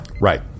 right